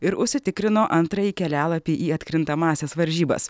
ir užsitikrino antrąjį kelialapį į atkrintamąsias varžybas